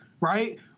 right